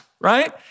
right